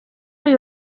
uyu